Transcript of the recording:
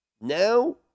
Now